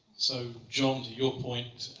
so john, to your point,